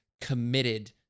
committed